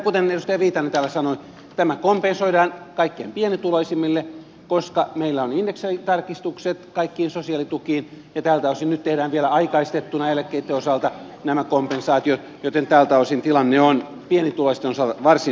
kuten edustaja viitanen täällä sanoi tämä kompensoidaan kaikkein pienituloisimmille koska meillä on indeksitarkistukset kaikkiin sosiaalitukiin ja tältä osin nyt tehdään vielä aikaistettuna eläkkeitten osalta nämä kompensaatiot joten tältä osin tilanne on pienituloisten osalta varsin hyvin hallinnassa